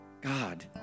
God